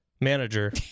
Manager